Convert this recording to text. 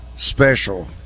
special